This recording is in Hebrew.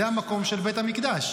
זה המקום של בית המקדש.